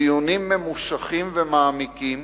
דיונים ממושכים ומעמיקים